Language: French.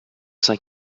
cinq